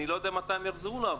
אני לא יודע מתי הם יחזרו לעבוד,